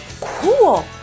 Cool